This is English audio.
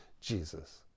Jesus